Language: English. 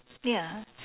ya